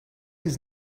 his